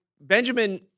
Benjamin